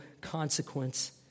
consequence